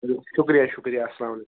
چلو شُکریہِ شُکریہِ اَسلام علیکُم